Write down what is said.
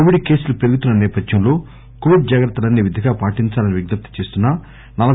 Covid కేసులు పెరుగుతున్న నేపథ్యంలో కోవిడ్ జాగ్రత్తలన్నీ విధిగా పాటించాలని విజ్ఞప్తి చేస్తున్నాం